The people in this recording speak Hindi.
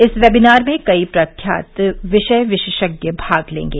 इस वेबिनार में कई प्रख्यात विषय विशेषज्ञ भाग लेंगे